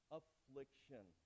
affliction